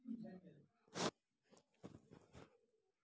KYC ಅಂದ್ರೆ ಎಂತ ಹೇಳಿ ನೋಡುವ?